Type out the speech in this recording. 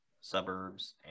suburbs